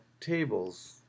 tables